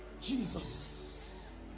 Jesus